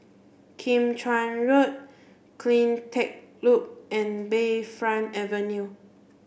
Kim Chuan Road CleanTech Loop and Bayfront Avenue